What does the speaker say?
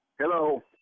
hello